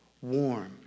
warm